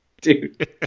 Dude